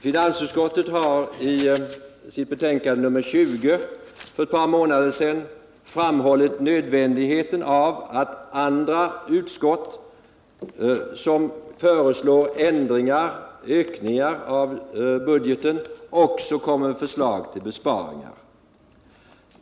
Finansutskottet har i sitt betänkande nr 20 för ett par månader sedan framhållit nödvändigheten av att andra utskott som föreslår ökningar av budgeten också bör komma med förslag till besparingar.